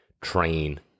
train